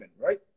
right